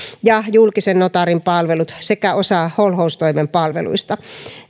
ja julkisen notaarin palvelut sekä osa holhoustoimen palveluista